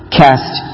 cast